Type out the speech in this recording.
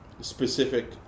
Specific